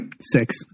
Six